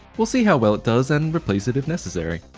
we'll see how well it does and replace it if necessary.